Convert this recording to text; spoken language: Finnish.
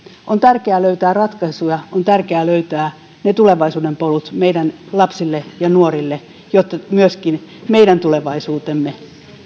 on tärkeää löytää ratkaisuja on tärkeää löytää ne tulevaisuuden polut meidän lapsille ja nuorille jotta myöskin meidän tulevaisuutemme